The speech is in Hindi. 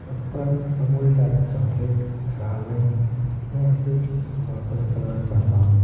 उत्पाद अमूल डार्क चॉकलेट ख़राब है मैं इसे वापस करना चाहता हूँ